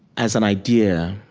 as an idea,